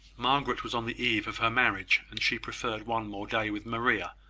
margaret was on the eve of her marriage, and she preferred one more day with maria,